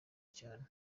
cyane